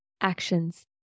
actions